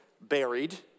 buried